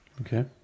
Okay